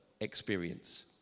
experience